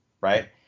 right